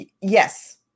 Yes